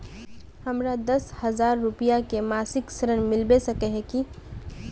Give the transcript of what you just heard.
हमरा दस हजार रुपया के मासिक ऋण मिलबे सके है की?